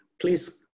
please